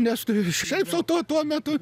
nes šiaip sau tuo tuo metu